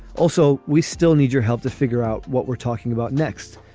also, we still need your help to figure out what we're talking about next.